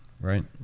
right